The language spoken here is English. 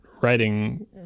writing